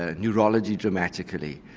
ah neurology dramatically.